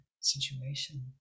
situation